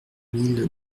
mille